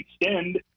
extend